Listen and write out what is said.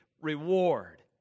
reward